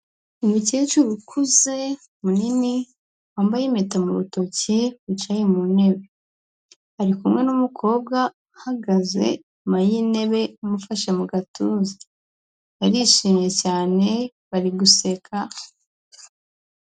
Umukecuru ukuze munini wambaye impeta mu rutoki wicaye mu ntebe, ari kumwe n'umukobwa uhagaze inyuma y'intebe amufashe mu gatuza, barishimye cyane bari guseka.